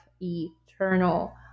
eternal